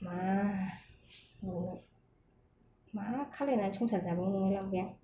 मा मा खालायनानै संसार जाबावनो नंलाय लांबाय आं